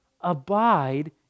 abide